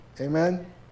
Amen